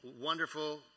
wonderful